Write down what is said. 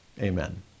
Amen